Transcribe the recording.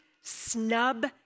snub